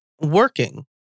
working